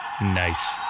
Nice